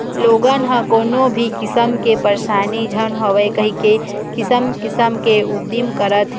लोगन ह कोनो भी किसम के परसानी झन होवय कहिके किसम किसम के उदिम करत हे